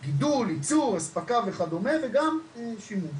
גידול, ייצוא, אספקה וכדומה וגם שימוש